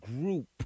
group